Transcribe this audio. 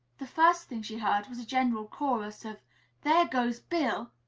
the first thing she heard was a general chorus of there goes bill!